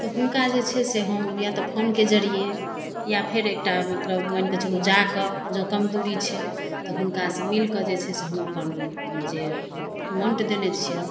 तऽ हुनका जे छै से हम या तऽ फोनके जरिये या फेर एक टा मतलब मानिके चलु जाकऽ जँ कम दूरी छै तऽ हुनकासँ मिलके जे छै से हम अपन जे एमाउन्ट देने छियनि